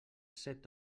set